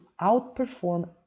outperform